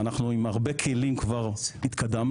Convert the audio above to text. ואנחנו עם הרבה כלים כבר התקדמנו.